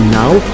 now